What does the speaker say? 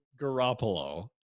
Garoppolo